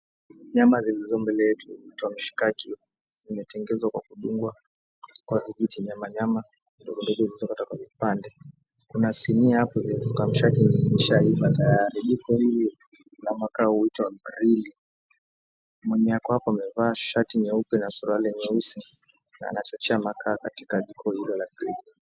Nyama zilizo mbele yetu zinaitwa mishikaki. Zimetengezwa kwa kudungwa kwa vijiti na nyama ndogo ndogo zilizokatwa vipande. Kuna sinia iliyowekwa mishikaki ishaiva tayari. Jiko hili la makaa huitwa grilli. Mwenye ako hapo amevaa shati nyeupe na suruali nyeusi, na anachochea makaa katika jiko hilo la grili.